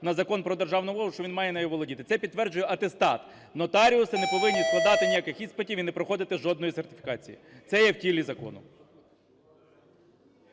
на Закон про державну мову, що він має нею володіти. Це підтверджує атестат. Нотаріуси не повинні складати ніяких іспитів і не проходити жодної сертифікації. Це є в тілі закону.